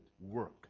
work